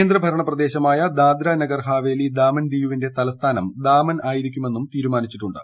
കേന്ദ്രഭരണ പ്രദേശമായ ദാദ്രനാഗർ ഹവേലി ദാമൻ ദിയൂവിന്റെ തലസ്ഥാനം ദാമൻ ആയിരിക്കുമെന്നും തീരുമാനിച്ചിട്ടുണ്ട്